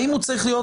האם הוא צריך להיות